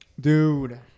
Dude